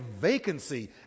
vacancy